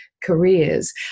careers